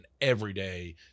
everyday